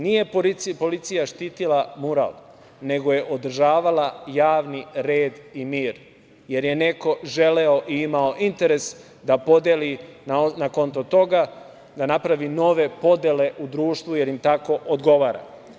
Nije policija štitila mural, nego je održavala javni red i mir, jer je neko želeo i imao interes da podeli na konto toga, da napravi nove podele u društvu, jer im tako odgovara.